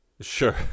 Sure